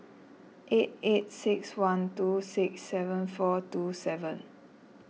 eight eight six one two six seven four two seven